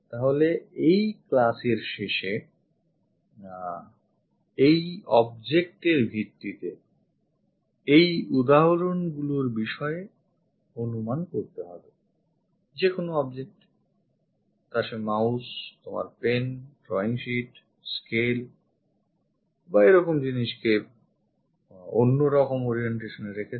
তাহলে এই class এর শেষে তোমাদের এই object এর ভিত্তিতে এই উদাহরণগুলির বিষয়ে অনুমান করতে হবে যেকোনো object তা সে mouse তোমার pen drawing sheet scale বা এরকম জিনিসকে অন্যরকম orientation এ রেখে দাও